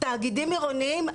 תאגידים עירוניים,